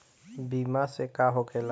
बीमा से का होखेला?